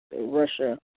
Russia